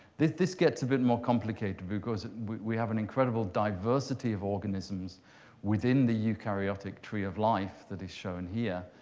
this this gets a bit more complicated, because we have an incredible diversity of organisms within the eukaryotic tree of life that is shown here,